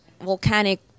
volcanic